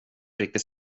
riktigt